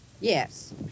Yes